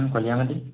কলিয়া মাটি